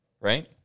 right